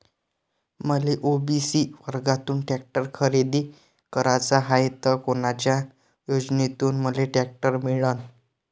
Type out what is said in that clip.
मले ओ.बी.सी वर्गातून टॅक्टर खरेदी कराचा हाये त कोनच्या योजनेतून मले टॅक्टर मिळन?